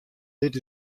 dit